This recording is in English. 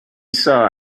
saw